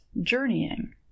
journeying